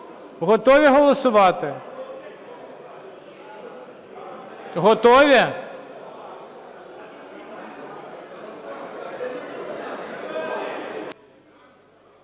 Готові голосувати? Готові?